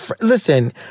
Listen